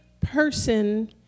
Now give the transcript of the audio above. person